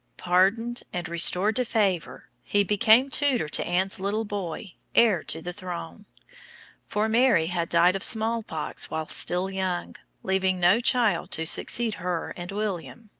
pardoned and restored to favour, he became tutor to anne's little boy, heir to the throne for mary had died of smallpox while still young, leaving no child to succeed her and william.